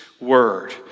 word